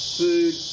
food